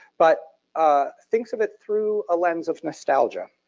but ah thinks of it through ah lense of nostalgia.